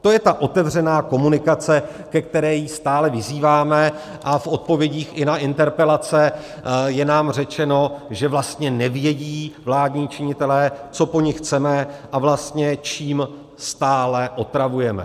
To je ta otevřená komunikace, ke které ji stále vyzýváme, a v odpovědích i na interpelace je nám řečeno, že vlastně nevědí vládní činitelé, co po nich chceme, a vlastně čím stále otravujeme.